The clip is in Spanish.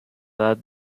edad